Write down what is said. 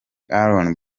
aaron